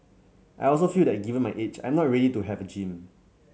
I also feel that given my age I'm not ready to have a gym